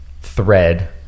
thread